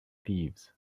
thieves